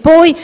poi